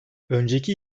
önceki